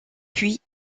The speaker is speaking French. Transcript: puis